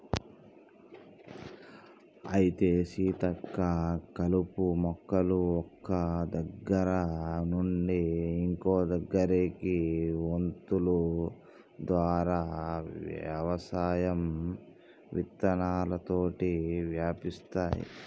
అయితే సీతక్క కలుపు మొక్కలు ఒక్క దగ్గర నుండి ఇంకో దగ్గరకి వొంతులు ద్వారా వ్యవసాయం విత్తనాలతోటి వ్యాపిస్తాయి